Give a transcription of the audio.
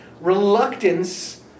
reluctance